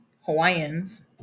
Hawaiians